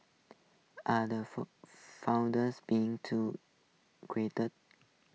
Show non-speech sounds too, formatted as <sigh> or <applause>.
are the <unintelligible> founders being too greater